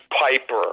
Piper